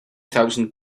thousand